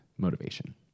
motivation